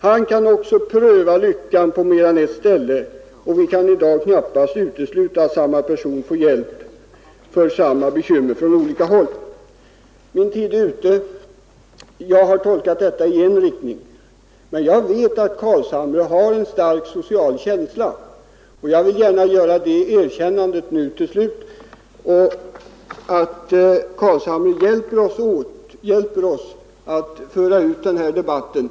Han kan också pröva lyckan på mer än ett ställe, och vi kan i dag knappast utesluta att samma person får hjälp för samma bekymmer från olika håll ———” Min tid är ute. Jag har tolkat moderata samlingspartiets inställning till socialpolitiken i en riktning men jag vet att herr Carlshamre har en stark social känsla och jag vill gärna till slut göra det erkännandet att herr Carlshamre vill hjälpa oss att föra ut en bredare social syn.